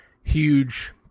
huge